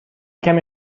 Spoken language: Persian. کمی